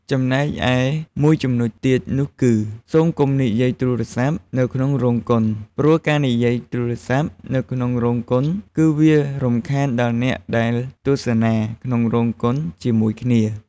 ចំណែកឯមួយចំនុចទៀតនោះគឺ សូមកុំនិយាយទូរស័ព្ទនៅក្នុងរោងកុន ព្រោះការនិយាយទូរស័ព្ទនៅក្នុងរោងកុន គឺវារំខានដល់អ្នកដែលទស្សនាក្នុងរោងកុនជាមួយគ្នា។